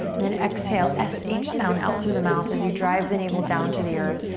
then exhale s h sound out through the mouth as you drive the navel down to the earth.